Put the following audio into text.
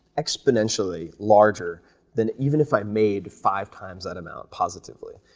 exponentially larger than even if i made five times that amount positively.